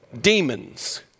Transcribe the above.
Demons